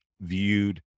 viewed